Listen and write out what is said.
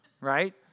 right